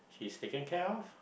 he's taken care of